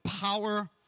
Power